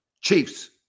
Chiefs